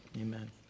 Amen